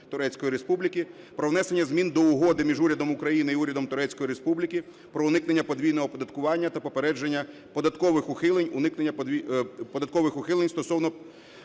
Турецької Республіки про внесення змін до Угоди між Урядом України і Урядом Турецької Республіки про уникнення подвійного оподаткування та попередження податкових ухилень стосовно